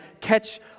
catch